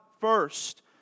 first